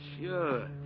Sure